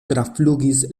traflugis